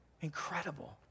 Incredible